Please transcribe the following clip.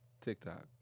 TikTok